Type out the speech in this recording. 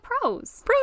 pros